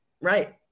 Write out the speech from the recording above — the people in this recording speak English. Right